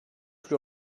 plus